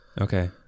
okay